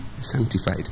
sanctified